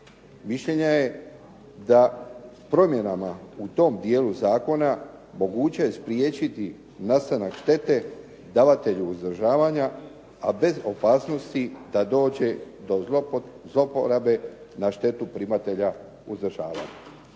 Mišljenja je da promjenama u tom dijelu zakona moguće je spriječiti nastanak štete davatelju uzdržavanja a bez opasnosti da dođe do zlouporabe na štetu primatelja uzdržavanja.